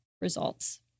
results